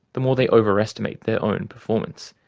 the more they overestimate their own performance.